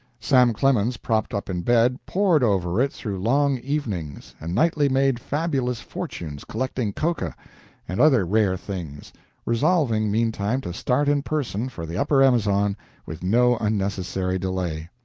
sam clemens, propped up in bed, pored over it through long evenings, and nightly made fabulous fortunes collecting cocoa and other rare things resolving, meantime, to start in person for the upper amazon with no unnecessary delay.